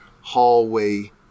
hallway